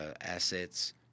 assets